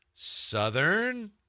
Southern